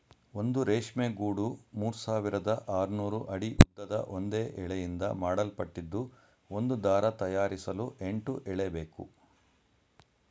ಒಂದು ರೇಷ್ಮೆ ಗೂಡು ಮೂರ್ಸಾವಿರದ ಆರ್ನೂರು ಅಡಿ ಉದ್ದದ ಒಂದೇ ಎಳೆಯಿಂದ ಮಾಡಲ್ಪಟ್ಟಿದ್ದು ಒಂದು ದಾರ ತಯಾರಿಸಲು ಎಂಟು ಎಳೆಬೇಕು